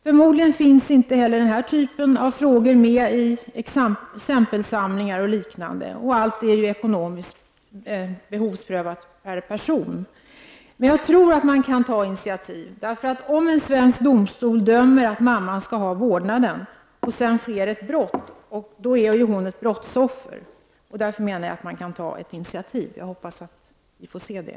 Förmodligen finns inte heller den här typen av frågor med i exempelsamlingar och liknande. Allt är ju ekonomiskt behovsprövat per person. Jag tror att man kan ta initiativ, därför att om en svensk domstol dömer att mamman skall ha vårdnaden, och det sedan sker ett brott. Då är ju hon ett brottsoffer. Därför menar jag att man kan ta ett initiativ. Jag hoppas att vi får se det.